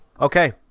Okay